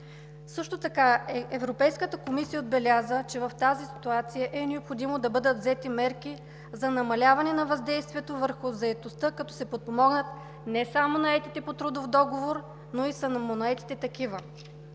Също така Европейската комисия отбеляза, че в тази ситуация е необходимо да бъдат взети мерки за намаляване на въздействието върху заетостта, като се подпомогнат не само наетите по трудов договор, но и самонаетите такива.